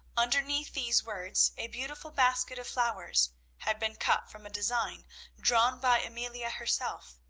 underneath these words a beautiful basket of flowers had been cut from a design drawn by amelia herself.